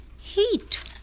heat